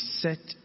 set